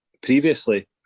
previously